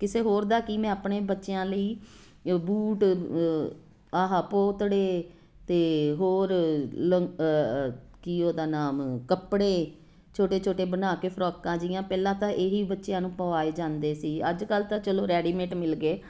ਕਿਸੇ ਹੋਰ ਦਾ ਕੀ ਮੈਂ ਆਪਣੇ ਬੱਚਿਆਂ ਲਈ ਬੂਟ ਆਹਾ ਪੋਤੜੇ ਅਤੇ ਹੋਰ ਲਨ ਕੀ ਉਹਦਾ ਨਾਮ ਕੱਪੜੇ ਛੋਟੇ ਛੋਟੇ ਬਣਾ ਕੇ ਫਰੋਕਾਂ ਜਿਹੀਆਂ ਪਹਿਲਾਂ ਤਾਂ ਇਹ ਹੀ ਬੱਚਿਆਂ ਨੂੰ ਪਵਾਏ ਜਾਂਦੇ ਸੀ ਅੱਜ ਕੱਲ੍ਹ ਤਾਂ ਚਲੋ ਰੈਡੀਮੇਟ ਮਿਲਗੇ